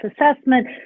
assessment